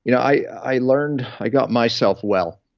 you know i i learned, i got myself well,